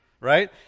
right